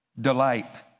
delight